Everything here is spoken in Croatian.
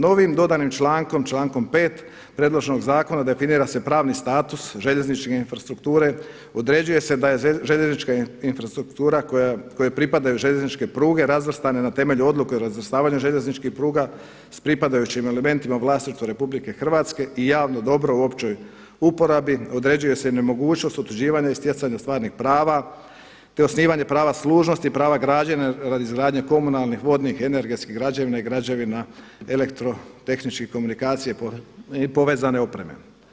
Novim dodanim člankom, člankom 5. predloženog zakona definira se pravni status željezničke infrastrukture, određuje se da je željeznička infrastruktura kojoj pripadaju željezničke pruge razvrstane na temelju odluke o razvrstavanju željezničkih pruga, s pripadajućim elementima u vlasništvu RH i javno dobro u općoj uporabi, određuje se nemogućnost utvrđivanja i stjecanja stvarnih prava, te osnivanja prava služnosti, prava građenja radi izgradnje komunalnih, vodnih, energetskih građevina i građevina elektrotehničke komunikacija i povezane opreme.